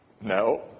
No